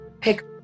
pick